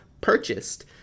purchased